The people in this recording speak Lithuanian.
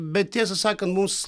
bet tiesą sakan mus